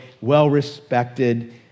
well-respected